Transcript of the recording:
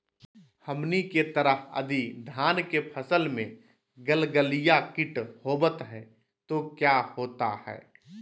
हमनी के तरह यदि धान के फसल में गलगलिया किट होबत है तो क्या होता ह?